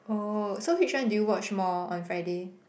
oh so which one do you watch more on Friday